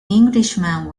englishman